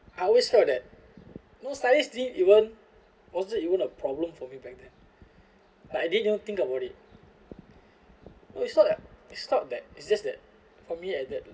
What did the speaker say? I always felt that no studies didn't even was it even a problem for me back then but I didn't even think about it no it's not it's not that it's just that for me at that